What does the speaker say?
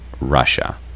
Russia